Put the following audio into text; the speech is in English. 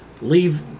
leave